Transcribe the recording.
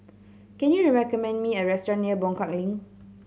can you recommend me a restaurant near Buangkok Link